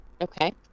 okay